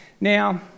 Now